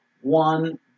one